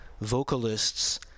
vocalists